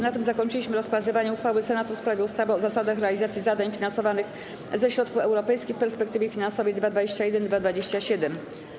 Na tym zakończyliśmy rozpatrywanie uchwały Senatu w sprawie ustawy o zasadach realizacji zadań finansowanych ze środków europejskich w perspektywie finansowej 2021-2027.